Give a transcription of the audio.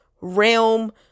realm